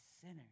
sinner